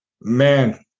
man